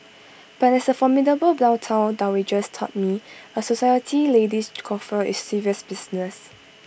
but as the formidable downtown dowagers taught me A society lady's coiffure is serious business